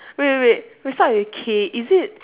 wait wait wait it start with K is it